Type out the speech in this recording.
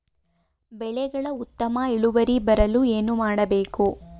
ಬೆಳೆಗಳ ಉತ್ತಮ ಇಳುವರಿ ಬರಲು ಏನು ಮಾಡಬೇಕು?